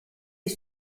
est